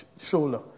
shoulder